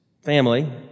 Family